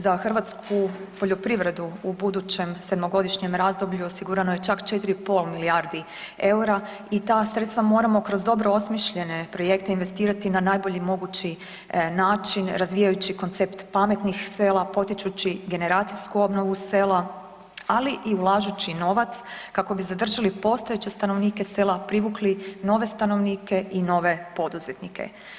Za hrvatsku poljoprivredu u budućem 7-godišnjem razdoblju osigurano je 4,5 milijardi eura i ta sredstva moramo kroz dobro osmišljene projekte investirati na najbolji mogući način razvijajući koncept pametnih sela, potičući generacijsku obnovu sela, ali i ulažući novac kako bi zadržali postojeće stanovnike sela, privukli nove stanovnike i nove poduzetnike.